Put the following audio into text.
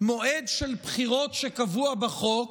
מועד של בחירות שקבוע בחוק